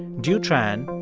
du tran,